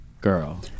girl